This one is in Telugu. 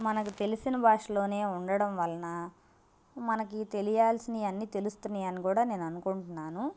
మనకు తెలిసిన భాషలోనే ఉండడం వలన మనకి తెలియాల్సినవి అన్నీ తెలుస్తున్నాయి అని కూడా నేను అనుకుంటున్నాను సోషల్ మీడియాలో ఆన్లైన్ ప్లాట్ఫామ్లో తెలుగు భాష చాలా బాగా ఉపయోగిస్తున్నారని నా అభిప్రాయం